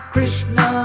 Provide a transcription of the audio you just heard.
Krishna